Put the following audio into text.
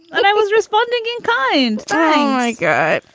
and i was responding in kind oh, my god.